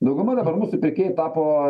dauguma dabar mūsų pirkėjai tapo